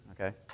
okay